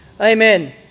Amen